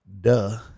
Duh